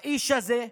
האיש הזה,